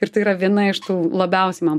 ir tai yra viena iš tų labiausiai man